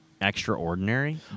extraordinary